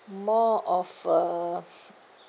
more of a